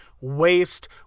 waste